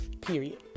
period